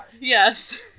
Yes